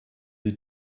die